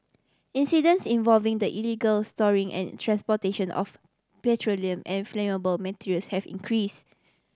incidents involving the illegal storing and transportation of petroleum and flammable materials have increase